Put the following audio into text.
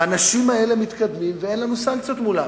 והאנשים האלה מתקדמים, ואין לנו סנקציות מולם.